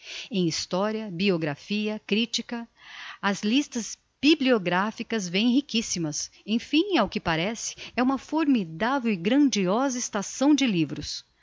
em historia biographia critica as listas bibliographicas vêm riquissimas emfim ao que parece é uma formidavel e grandiosa estação de livros